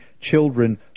children